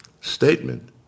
statement